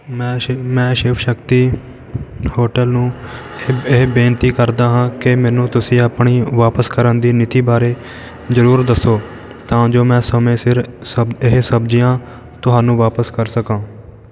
ਮੈਂ ਸ਼ਿਵ ਮੈਂ ਸ਼ਿਵ ਸ਼ਕਤੀ ਹੋਟਲ ਨੂੰ ਏ ਇਹ ਬੇਨਤੀ ਕਰਦਾ ਹਾਂ ਕਿ ਮੈਨੂੰ ਤੁਸੀਂ ਆਪਣੀ ਵਾਪਸ ਕਰਨ ਦੀ ਨੀਤੀ ਬਾਰੇ ਜ਼ਰੂਰ ਦੱਸੋ ਤਾਂ ਜੋ ਮੈਂ ਸਮੇਂ ਸਿਰ ਸਬ ਇਹ ਸਬਜ਼ੀਆਂ ਤੁਹਾਨੂੰ ਵਾਪਸ ਕਰ ਸਕਾਂ